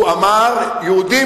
הוא אמר: יהודים,